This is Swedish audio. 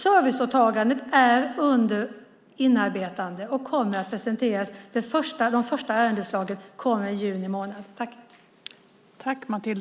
Serviceåtagandet är under inarbetande och kommer att presenteras. De första ärendeslagen kommer i juni månad.